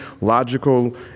logical